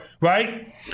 right